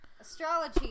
Astrology